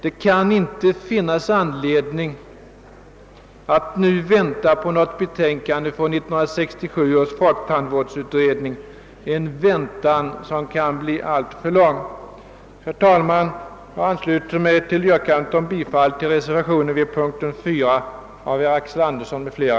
Det kan inte finnas anledning att nu vänta på ett betänkande från 1967 års folktandvårdsutredning — en väntan som kan bli alltför lång. Herr talman! Jag ansluter mig till yrkandet om bifall till reservationen vid punkten 4 av herr Axel Andersson m.fl.